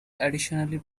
additionally